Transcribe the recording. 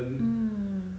mm